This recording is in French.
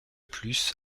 plus